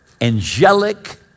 angelic